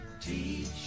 Teach